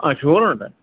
ആ ഷുഗറുണ്ട്